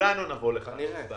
אני מבין גם את הצד השני,